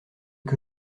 que